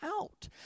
out